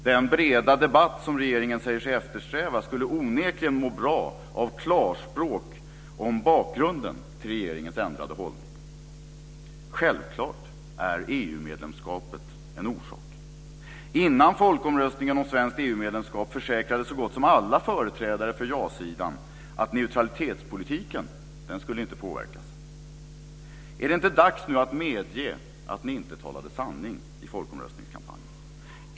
Den breda debatt som regeringen säger sig eftersträva skulle onekligen må bra av klarspråk om bakgrunden till regeringens ändrade hållning. Självklart är EU-medlemskapet en orsak. Innan folkomröstningen om svenskt EU-medlemskap försäkrade så gott som alla företrädare för ja-sidan att neutralitetspolitiken inte skulle påverkas. Är det inte dags nu att medge att ni inte talade sanning i folkomröstningskampanjen?